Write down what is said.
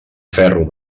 ferro